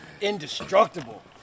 indestructible